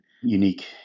unique